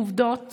עובדות